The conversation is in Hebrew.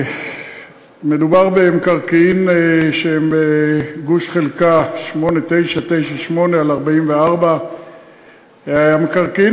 מדובר במקרקעין שהם גוש חלקה 8998/44. המקרקעין